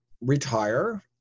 retire